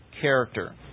character